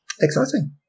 Exciting